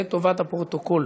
לטובת הפרוטוקול.